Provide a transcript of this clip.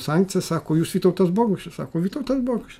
sankcija sako jūs vytautas bogušis sako vytautas boguš